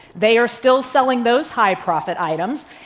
they are still selling those high profit items.